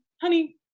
honey